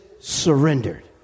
surrendered